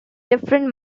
different